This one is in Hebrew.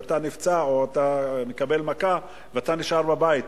אתה נפצע או אתה מקבל מכה ואתה נשאר בבית,